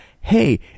hey